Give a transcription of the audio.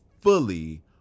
fully